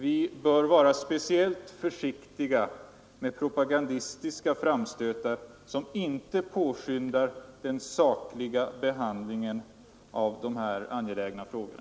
Vi bör vara speciellt försiktiga med propagandistiska framstötar, som inte påskyndar den sakliga behandlingen av dessa angelägna frågorna.